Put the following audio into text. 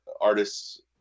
artists